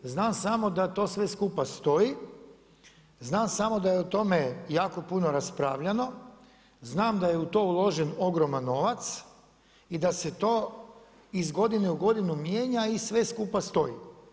Znam samo da to sve skupa stoji, znam samo da je o tome jako puno raspravljano, znam da je u to uložen ogroman novac i da se to iz godine u godinu mijenja i sve skupa stoji.